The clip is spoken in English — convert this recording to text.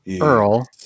Earl